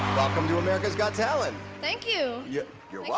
welcome to america's got talent. thank you. yeah. you're